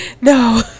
No